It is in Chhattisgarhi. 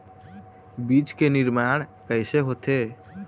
बीज के निर्माण कैसे होथे?